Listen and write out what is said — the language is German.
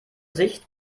sicht